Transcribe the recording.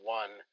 one